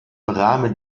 rahmen